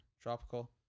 tropical